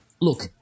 Look